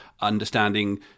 understanding